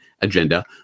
agenda